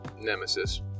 nemesis